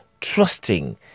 trusting